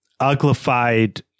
uglified